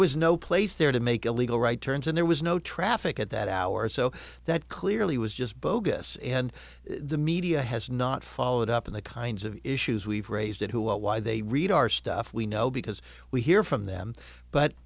was no place there to make illegal right turns and there was no traffic at that hour so that clearly was just bogus and the media has not followed up on the kinds of issues we've raised it who what why they read our stuff we know because we hear from them but